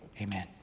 amen